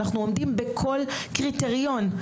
אנחנו עומדים בכל קריטריון,